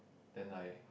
then like